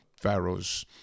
pharaoh's